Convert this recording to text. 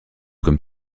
comme